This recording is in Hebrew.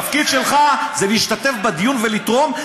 התפקיד שלך זה להשתתף בדיון ולתרום,